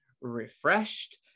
refreshed